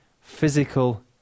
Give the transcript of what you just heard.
physical